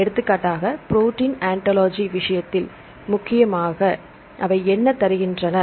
எடுத்துக்காட்டாக protein ontology விஷயத்தில் முக்கியமாக அவை என்ன தருகின்றன